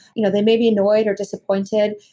you know they may be annoyed or disappointed,